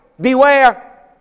Beware